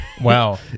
Wow